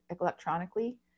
electronically